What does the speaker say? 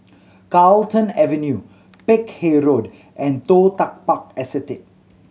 Carlton Avenue Peck Hay Road and Toh Tuck Park Estate